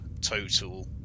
total